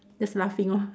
just laughing lor